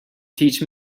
teach